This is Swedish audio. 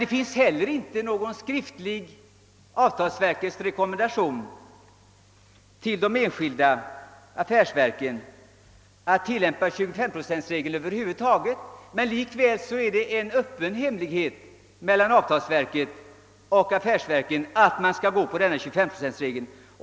Det finns över huvud taget inte någon skriftlig avtalsverkets rekommendation till de enskilda affärsverken att tillämpa 25-procentsregeln. Likväl är det en öppen hemlighet mellan avtalsverket och affärsverken att den regeln tillämpas.